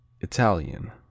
Italian